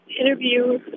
interview